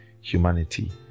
humanity